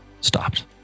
stopped